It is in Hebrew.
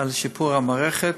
שיפור המערכת.